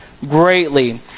greatly